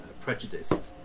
prejudiced